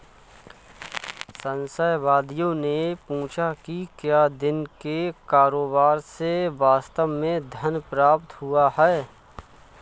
संशयवादियों ने पूछा कि क्या दिन के कारोबार से वास्तव में धन प्राप्त हुआ है